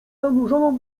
zanurzoną